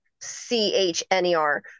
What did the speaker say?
c-h-n-e-r